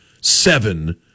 seven